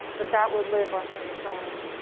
but that would live on in its own.